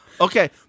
Okay